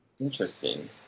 interesting